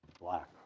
black